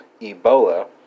Ebola